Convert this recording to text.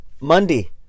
Monday